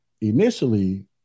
initially